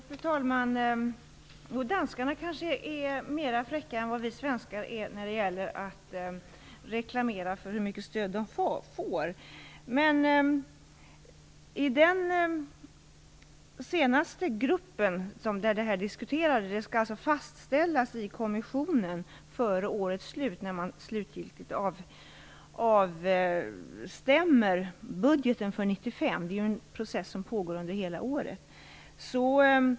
Fru talman! Danskarna är kanske fräckare än vad vi svenskar är när det gäller att deklarera hur mycket stöd man får. Besluten skall fastställas i kommissionen före årets slut, då man slutgiltigt avstämmer budgeten för 1995. Det är en process som pågår under hela året.